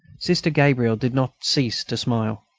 sister gabrielle did not cease to smile.